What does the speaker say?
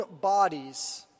bodies